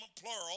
plural